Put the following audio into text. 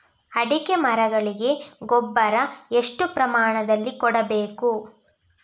ಅಡಿಕೆ ಮರಗಳಿಗೆ ಗೊಬ್ಬರ ಎಷ್ಟು ಪ್ರಮಾಣದಲ್ಲಿ ಕೊಡಬೇಕು?